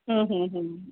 ಹ್ಞೂ ಹ್ಞೂ ಹ್ಞೂ